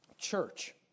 church